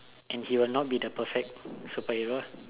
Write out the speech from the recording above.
and he will not be the perfect superhero ah